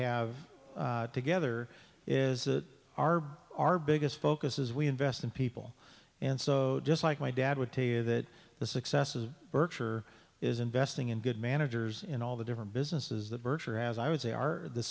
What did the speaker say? have together is that our our biggest focus is we invest in people and so just like my dad would tell you that the success of berkshire is investing in good managers in all the different businesses that virtue or as i would say are the